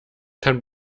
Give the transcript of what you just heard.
kann